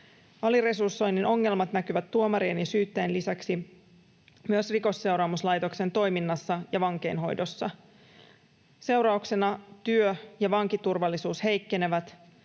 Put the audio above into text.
Aliresursoinnin ongelmat näkyvät tuomarien ja syyttäjien lisäksi myös Rikosseuraamuslaitoksen toiminnassa ja vankeinhoidossa. Sen seurauksena työ- ja vankiturvallisuus heikkenevät